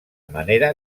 manera